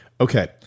Okay